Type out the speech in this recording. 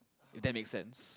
it that make sense